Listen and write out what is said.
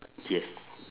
yes